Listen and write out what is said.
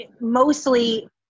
mostly